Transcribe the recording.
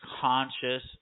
conscious